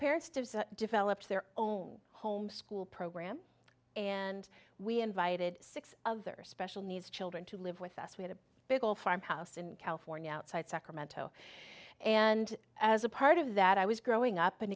parents to develop their own home school program and we invited six other special needs children to live with us we had a big old farmhouse in california outside sacramento and as a part of that i was growing up and